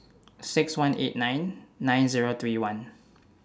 six one eight nine nine Zero three one